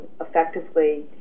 effectively